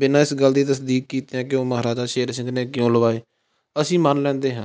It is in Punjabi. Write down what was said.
ਬਿਨਾਂ ਇਸ ਗੱਲ ਦੀ ਤਸਦੀਕ ਕੀਤਿਆਂ ਕਿ ਉਹ ਮਹਾਰਾਜਾ ਸ਼ੇਰ ਸਿੰਘ ਨੇ ਕਿਉਂ ਲਵਾਏ ਅਸੀਂ ਮੰਨ ਲੈਂਦੇ ਹਾਂ